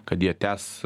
kad jie tęs